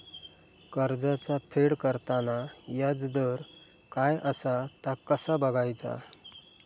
कर्जाचा फेड करताना याजदर काय असा ता कसा बगायचा?